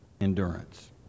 endurance